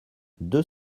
deux